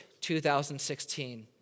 2016